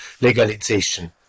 legalization